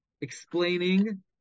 explaining